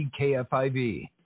KFIV